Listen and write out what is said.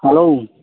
hello